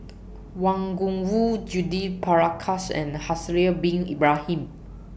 Wang Gungwu Judith Prakash and Haslir Bin Ibrahim